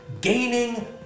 Gaining